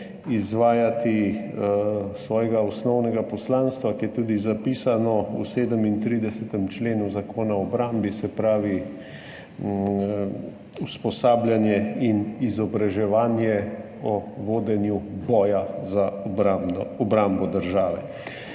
izvajati svojega osnovnega poslanstva, ki je tudi zapisano v 37. členu Zakona o obrambi, se pravi, usposabljanje in izobraževanje o vodenju boja za obrambo države.